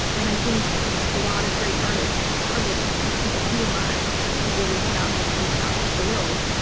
and i think a lot of great artists have struggled with that and said, who am i to really put out my true self to the world?